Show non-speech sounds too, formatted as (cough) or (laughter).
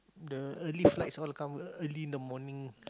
the early (noise) flights all come ear~ early in the morning